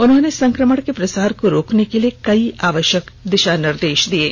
उन्होंने संक्रमण के प्रसार को रोकने के लिए कई आवष्यक दिषा निर्देष भी दिये हैं